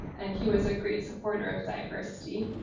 and he was a great supporter of diversity.